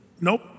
Nope